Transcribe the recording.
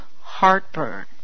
heartburn